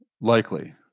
Likely